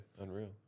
Unreal